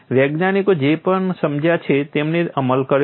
વૈજ્ઞાનિકો જે કંઈ પણ સમજ્યા છે તેમણે તેનો અમલ કર્યો છે